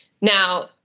Now